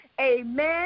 Amen